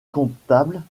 comptable